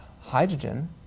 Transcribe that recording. hydrogen